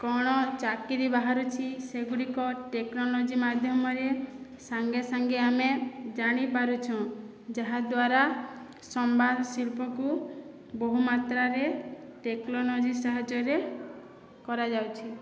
କଣ ଚାକିରି ବାହାରୁଛି ସେଗୁଡ଼ିକ ଟେକ୍ନୋଲୋଜି ମାଧ୍ୟମରେ ସାଙ୍ଗେ ସାଙ୍ଗେ ଆମେ ଜାଣି ପାରୁଛୁଁ ଯାହାଦ୍ୱାରା ସମ୍ବାଦ ଶିଳ୍ପକୁ ବହୁ ମାତ୍ରାରେ ଟେକ୍ନୋଲୋଜି ସାହାଯ୍ୟରେ କରାଯାଉଛି